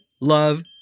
love